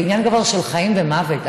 זה דבר של חיים ומוות,